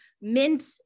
Mint